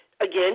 Again